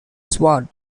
sword